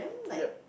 yep